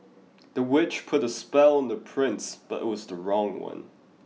the witch put a spell on the prince but it was the wrong one